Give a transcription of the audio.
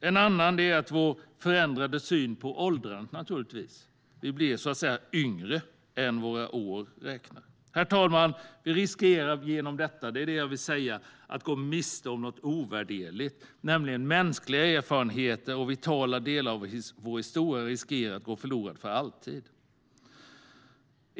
En annan anledning är naturligtvis vår förändrade syn på åldrandet. Vi blir så att säga yngre än vår egentliga ålder. Herr talman! Genom detta riskerar vi att gå miste om något ovärderligt. Mänskliga erfarenheter och vitala delar av vår historia riskerar att gå förlorade för alltid.